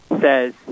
says